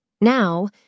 Now